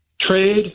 trade